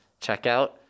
checkout